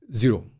zero